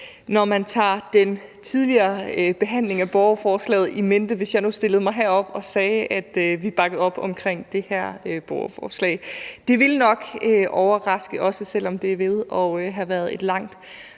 når man har den tidligere behandling af borgerforslaget in mente, hvis jeg nu stillede mig herop og sagde, at vi bakkede op om det her forslag. Det ville nok overraske, også selv om det er ved at være et langt